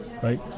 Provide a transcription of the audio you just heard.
Right